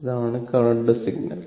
ഇതാണ് current signal